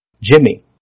Jimmy